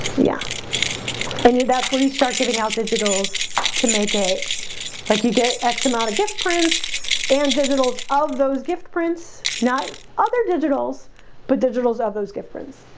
yeah i knew that's where you start giving out digital's to make it like you get x amount of gift prints and digital's of those gift prints not other digital's but digital's of those difference